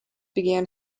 began